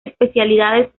especialidades